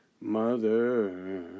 Mother